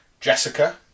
Jessica